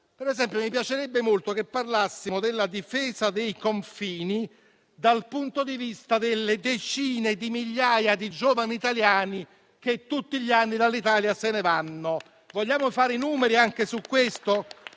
Per esempio, mi piacerebbe molto che parlassimo della difesa dei confini dal punto di vista delle decine di migliaia di giovani italiani che tutti gli anni dall'Italia se ne vanno. Vogliamo citare i numeri anche su questo?